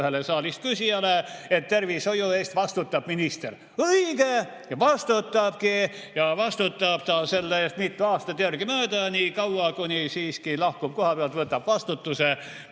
ühele saalist küsijale, siis tervishoiu eest vastutab minister. Õige! Vastutabki! Ja vastutab ta selle eest mitu aastat järgemööda, niikaua kuni siiski lahkub koha pealt, võtab vastutuse.